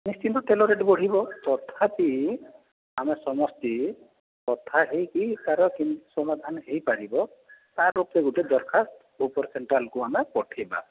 ନିଶ୍ଚିନ୍ତ ତେଲ ରେଟ୍ ବଢ଼ିବ ତଥାପି ଆମେ ସମସ୍ତେ କଥା ହେଇକି ତା'ର କେମିତି ସମାଧାନ ହେଇପାରିବ ତା'ର ଉପଯୁକ୍ତ ଦରଖାସ୍ତ ଉପର ସେଣ୍ଟ୍ରାଲ୍ କୁ ଆମେ ପଠେଇବା